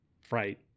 fright